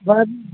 दान